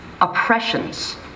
oppressions